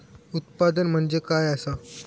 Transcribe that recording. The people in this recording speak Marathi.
उत्पादन म्हणजे काय असा?